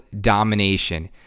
domination